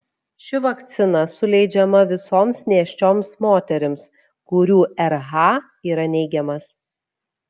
ši vakcina suleidžiama visoms nėščioms moterims kurių rh yra neigiamas